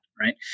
right